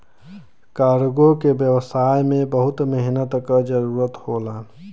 cargo के व्यवसाय में बहुत मेहनत क जरुरत होला